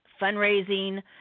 fundraising